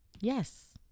Yes